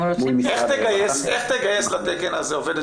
מול משרד --- איך תגייס לתקן הזה עובדת